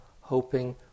hoping